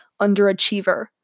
underachiever